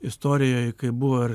istorijoj kai buvo ir